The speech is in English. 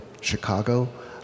Chicago